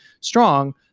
strong